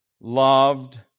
loved